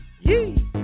Yee